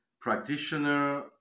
practitioner